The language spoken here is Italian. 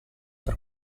per